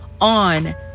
on